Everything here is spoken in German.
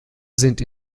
sind